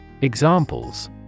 Examples